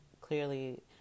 clearly